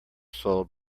sold